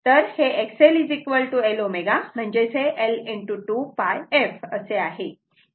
तर हे XL L ω L 2𝝅 f